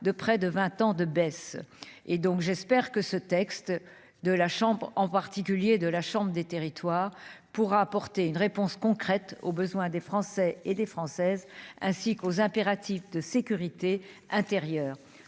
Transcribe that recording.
de près de 20 ans de baisse et donc j'espère que ce texte de la chambre en particulier de la chambre des territoires pourra apporter une réponse concrète aux besoins des Français et des Françaises, ainsi qu'aux impératifs de sécurité intérieure,